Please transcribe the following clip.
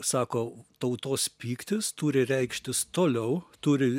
sako tautos pyktis turi reikštis toliau turi